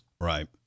Right